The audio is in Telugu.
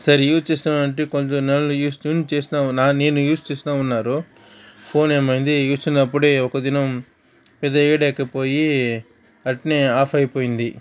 సరే యూజ్ చేస్తున్నారంటే కొంచెం నెలలో యూజ్ చేసినాము నేను చేస్తా ఉన్నారు ఫోన్ ఏమైంది యూజ్ చేసినప్పుడే ఒక దినం ఏదో వేడెక్కిపోయి అట్నే ఆఫ్ అయిపోయింది